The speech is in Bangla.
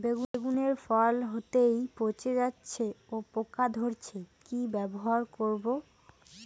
বেগুনের ফল হতেই পচে যাচ্ছে ও পোকা ধরছে কি ব্যবহার করব?